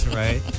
right